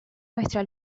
nuestra